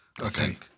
Okay